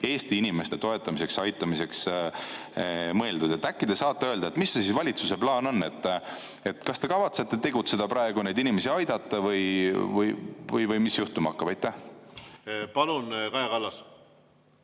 Eesti inimeste toetamisele-aitamisele mõeldud. Äkki te saate öelda, mis siis valitsuse plaan on? Kas te kavatsete tegutseda praegu ja neid inimesi aidata või mis juhtuma hakkab? Palun, Kaja Kallas!